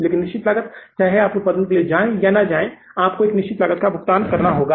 लेकिन निश्चित लागत चाहे आप उत्पादन के लिए जाएं या आप उत्पादन के लिए न जाएं आपको एक निश्चित लागत का भुगतान करना होगा